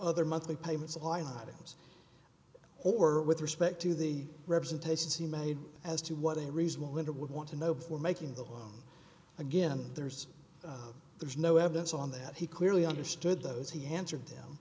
other monthly payments on items or with respect to the representations he made as to what a reasonable winter would want to know before making the on again there's there's no evidence on that he clearly understood those he answered them